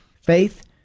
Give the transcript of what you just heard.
faith